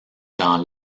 dans